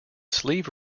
sleeve